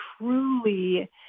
truly